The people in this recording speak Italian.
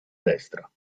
destra